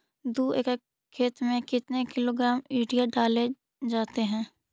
दू एकड़ खेत में कितने किलोग्राम यूरिया डाले जाते हैं?